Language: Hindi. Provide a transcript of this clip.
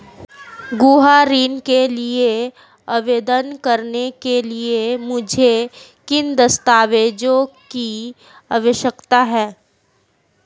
गृह ऋण के लिए आवेदन करने के लिए मुझे किन दस्तावेज़ों की आवश्यकता है?